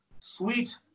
Sweet